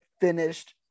Finished